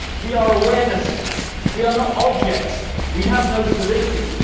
we are awareness we are not objects we have no solidity.